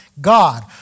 God